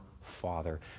father